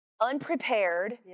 unprepared